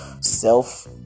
self